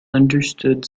understood